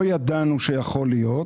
לא ידענו שכל זה יכול להיות,